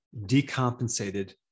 decompensated